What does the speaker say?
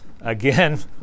Again